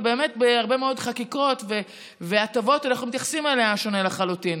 ובאמת בהרבה מאוד חקיקות והטבות אנחנו מתייחסים אליה שונה לחלוטין.